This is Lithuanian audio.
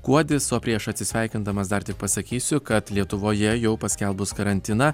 kuodis o prieš atsisveikindamas dar tik pasakysiu kad lietuvoje jau paskelbus karantiną